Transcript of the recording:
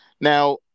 now